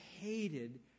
hated